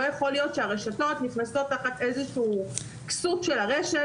לא יכול להיות שהרשתות נכנסות תחת איזו כסות של הרשת.